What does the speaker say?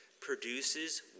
produces